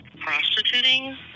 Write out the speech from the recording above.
prostituting